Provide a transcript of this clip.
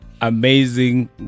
amazing